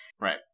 Right